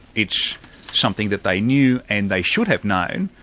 it's something that they knew and they should have known,